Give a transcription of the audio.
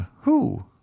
Who